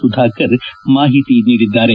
ಸುಧಾಕರ್ ಮಾಹಿತಿ ನೀಡಿದ್ದಾರೆ